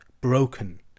broken